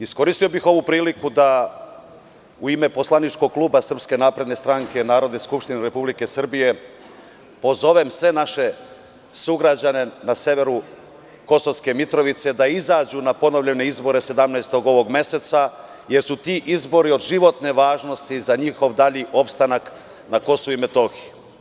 Iskoristio bih ovu priliku da u ime poslaničkog kluba SNS Narodne skupštine Republike Srbije pozovem sve naše sugrađane na severu Kosovske Mitrovice da izađu na ponovljene izbore 17. ovog meseca, jer su ti izbori od životne važnosti za njihov dalji opstanak na KiM.